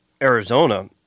Arizona